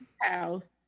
house